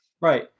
right